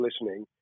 listening